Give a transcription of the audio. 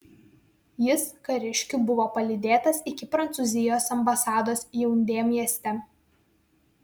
jis kariškių buvo palydėtas iki prancūzijos ambasados jaundė mieste